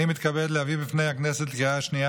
אני מתכבד להביא בפני הכנסת לקריאה השנייה